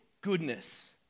goodness